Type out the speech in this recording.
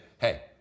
hey